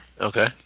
Okay